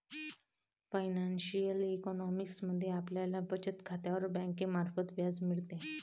financial economics मध्ये आपल्याला बचत खात्यावर बँकेमार्फत व्याज मिळते